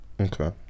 Okay